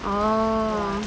oh